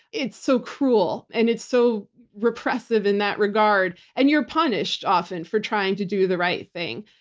it's so cruel and it's so repressive in that regard, and you're punished often for trying to do the right thing.